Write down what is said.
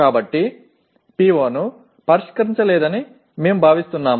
எனவே நாம் PO விரிவுபடுத்தப்பட்டதாக கருதவில்லை